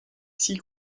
six